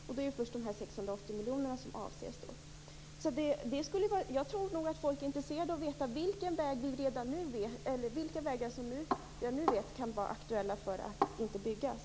Då är det först dessa Jag tror att folk är intresserade av att veta vilka vägar som redan nu kan vara aktuella för att inte byggas.